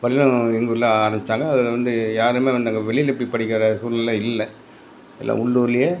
பள்ளிகூடம் எங்கூரில் ஆரமிச்சாங்க அதில் வந்து யாரும் வேண்டாங்க வெளியில் போய் படிக்கிற சூழ்நிலை இல்லை எல்லாம் உள்ளூரில்